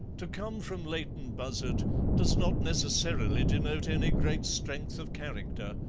to come from leighton buzzard does not necessarily denote any great strength of character.